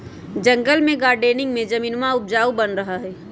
जंगल में गार्डनिंग में जमीनवा उपजाऊ बन रहा हई